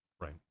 Right